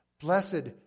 Blessed